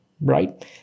right